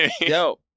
yo